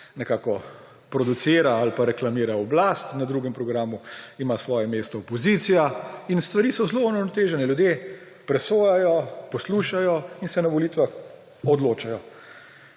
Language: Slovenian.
nekako producira ali pa reklamira oblast; na Drugem programu ima svoje mesto opozicija in stvari so zelo uravnotežene. Ljudje presojajo, poslušajo in se na volitvah odločajo.